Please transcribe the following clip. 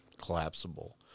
collapsible